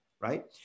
Right